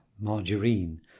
margarine